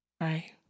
Right